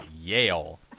Yale